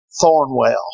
Thornwell